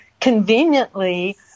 conveniently